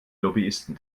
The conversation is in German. lobbyisten